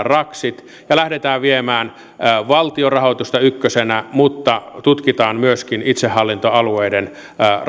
raksit ja lähdetään viemään valtion rahoitusta ykkösenä mutta tutkitaan myöskin itsehallintoalueiden